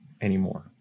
anymore